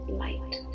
light